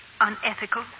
unethical